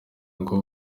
ngo